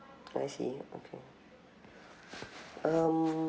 I see okay um